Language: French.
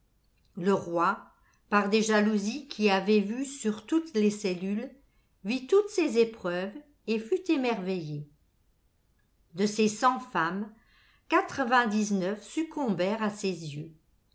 le roi par des jalousies qui avaient vue sur toutes les cellules vit toutes ces épreuves et fut émerveillé de ses cent femmes quatre-vingt-dix-neuf succombèrent à ses yeux